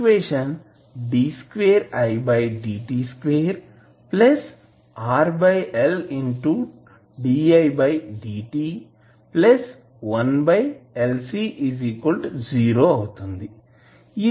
ఇది ఒక linear equation